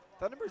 Thunderbirds